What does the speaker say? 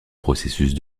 processus